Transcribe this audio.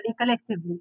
collectively